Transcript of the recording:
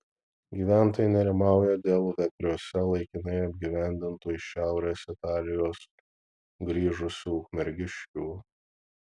gyventojai nerimauja dėl vepriuose laikinai apgyvendintų iš šiaurės italijos grįžusių ukmergiškių